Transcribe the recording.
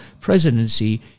presidency